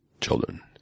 children